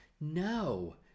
no